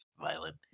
violent